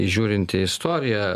žiūrinti į istoriją